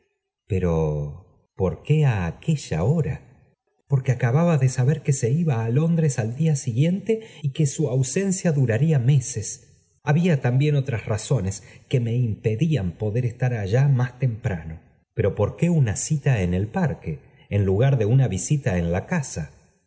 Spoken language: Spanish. pero por qué á aquella hora porque acababa de saber que se iba á londres al día siguiente y que su ausencia duraría meses había también razones que me impedían poder estar allá más temprano pero por qué una cita en el parque en lugar de una visita en la casa